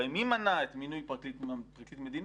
הרי מי מנע מינוי פרקליט מדינה?